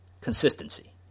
consistency